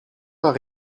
heure